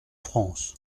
france